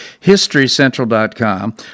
HistoryCentral.com